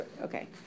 Okay